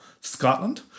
Scotland